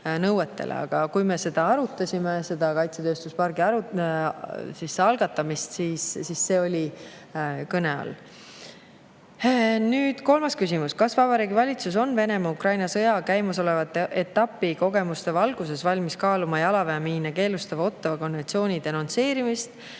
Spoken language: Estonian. nõuetele. Kui me arutasime selle kaitsetööstuspargi algatamist, siis see oli kõne all. Kolmas küsimus: "Kas Vabariigi Valitsus on Venemaa-Ukraina sõja käimasoleva etapi kogemuste valguses valmis kaaluma jalaväemiine keelustava Ottawa konventsiooni denonsseerimist?"